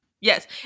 Yes